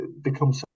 become